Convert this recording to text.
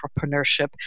entrepreneurship